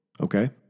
Okay